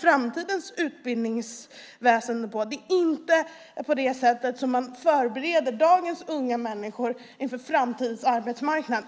framtidens utbildningsväsen på. Det är inte på det sättet som man förbereder dagens unga människor inför framtidens arbetsmarknad.